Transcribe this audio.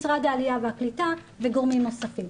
משרד העלייה והקליטה וגורמים נוספים.